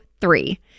three